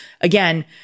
again